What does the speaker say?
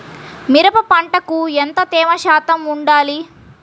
మిరప పంటకు ఎంత తేమ శాతం వుండాలి?